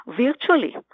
virtually